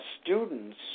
students